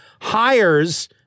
hires